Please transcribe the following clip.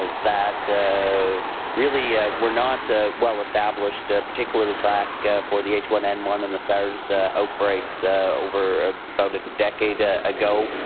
ah that really we're not ah well established, particularly back for the h one n one and the sars outbreaks over about a decade ah ago,